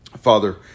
father